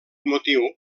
motiu